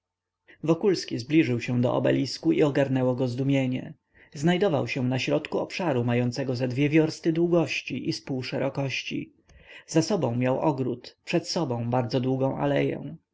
orkiestra wokulski zbliżył się do obelisku i ogarnęło go zdumienie znajdował się na środku obszaru mającego ze dwie wiorsty długości i z pół szerokości za sobą miał ogród przed sobą bardzo długą aleję